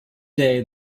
day